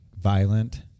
violent